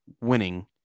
winning